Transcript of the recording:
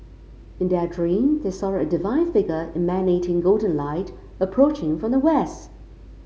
in their dream they saw a divine figure emanating golden light approaching from the west